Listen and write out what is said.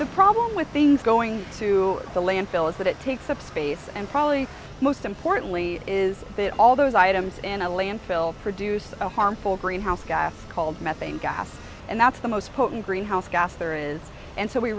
the problem with things going to the landfill is that it takes up space and probably most importantly is that all those items in a landfill produce a harmful greenhouse gas called methane gas and that's the most potent greenhouse gas there is and so we